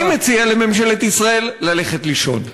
אני מציע לממשלת ישראל ללכת לישון.